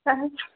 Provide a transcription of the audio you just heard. सहच्